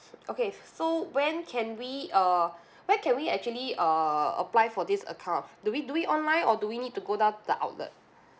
okay so when can we uh where can we actually uh apply for this account do we do we online or do we need to go down the outlet